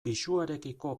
pisuarekiko